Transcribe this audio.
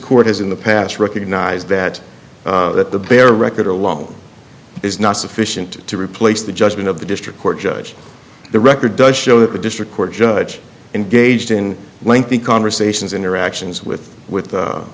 court has in the past recognized that that the bear record along is not sufficient to replace the judgment of the district court judge the record does show that the district court judge engaged in lengthy conversations interactions with with